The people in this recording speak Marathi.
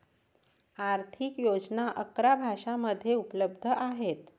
आर्थिक योजना अकरा भाषांमध्ये उपलब्ध आहेत